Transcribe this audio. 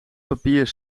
papier